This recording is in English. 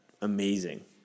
amazing